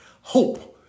Hope